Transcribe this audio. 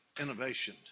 innovation